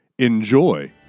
enjoy